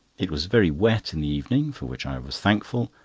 it was very wet in the evening, for which i was thankful,